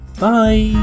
Bye